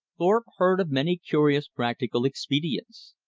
thorpe heard of many curious practical expedients.